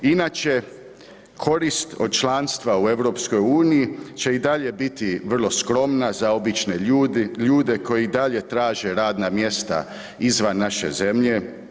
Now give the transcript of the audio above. Inače korist od članstva u EU će i dalje biti vrlo skromna za obične ljude koji i dalje traže radna mjesta izvan naše zemlje.